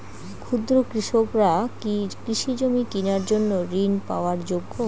ক্ষুদ্র কৃষকরা কি কৃষিজমি কিনার জন্য ঋণ পাওয়ার যোগ্য?